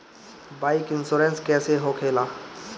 Bike insurance कैसे होखे ला?